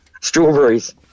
Strawberries